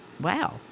Wow